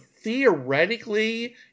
theoretically